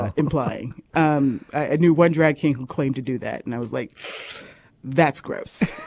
ah implying um a new one drag king who claim to do that. and i was like that's gross.